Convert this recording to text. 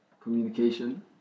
communication